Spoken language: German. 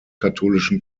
katholischen